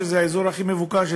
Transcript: שזה האזור הכי מבוקש,